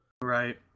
Right